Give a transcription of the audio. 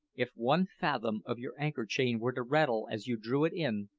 if one fathom of your anchor-chain were to rattle as you drew it in,